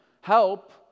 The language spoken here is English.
Help